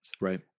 Right